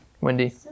Wendy